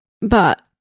But-